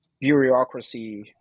bureaucracy